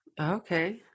Okay